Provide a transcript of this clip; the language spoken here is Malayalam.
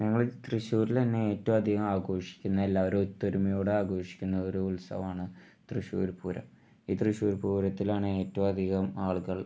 ഞങ്ങൾ തൃശ്ശൂരിൽ തന്നെ ഏറ്റവും അധികം ആഘോഷിക്കുന്ന എല്ലാവരും ഒത്തൊരുമയോടെ ആഘോഷിക്കുന്ന ഒരു ഉത്സവമാണ് തൃശ്ശൂർ പൂരം ഈ തൃശ്ശൂർ പൂരത്തിലാണേറ്റവും അധികം ആളുകൾ